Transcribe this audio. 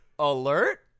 alert